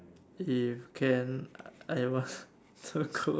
if can I want to go